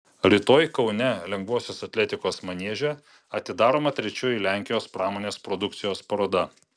rytoj kaune lengvosios atletikos manieže atidaroma trečioji lenkijos pramonės produkcijos paroda